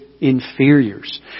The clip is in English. inferiors